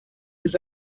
his